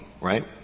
right